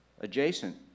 adjacent